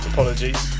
Apologies